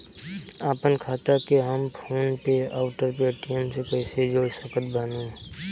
आपनखाता के हम फोनपे आउर पेटीएम से कैसे जोड़ सकत बानी?